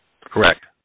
Correct